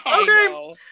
okay